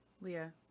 Leah